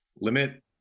Limit